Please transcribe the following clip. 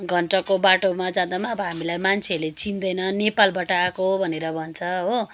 घन्टाको बाटोमा जाँदा पनि अब हामीलाई मान्छेहरूले चिन्दैन नेपालबाट आएको भनेर भन्छ हो